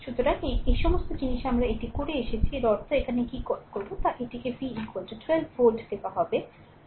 সুতরাং এই সমস্ত জিনিস আমরা এটি করে এসেছি এর অর্থ এখানে কী কল তা এটিকে v 12 ভোল্ট দেওয়া হবে